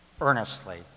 earnestly